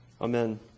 Amen